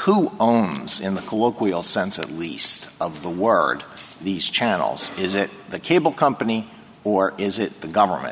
who owns in the colloquial sense at least of the word these channels is it the cable company or is it the government